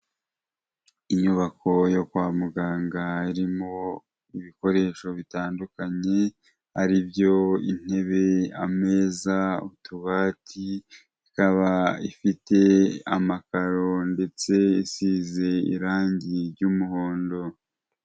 Inyubako yo kwa muganga irimo ibikoresho bitandukanye ari byo: intebe, ameza, utubati, ikaba ifite amakaro ndetse isize irangi ry'umuhondo.